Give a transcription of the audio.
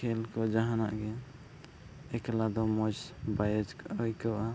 ᱠᱷᱮᱹᱞ ᱠᱚ ᱡᱟᱦᱟᱱᱟᱜ ᱜᱮ ᱮᱠᱞᱟ ᱫᱚ ᱢᱚᱡᱽ ᱵᱟᱭ ᱟᱹᱭᱠᱟᱹᱜᱼᱟ